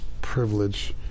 privilege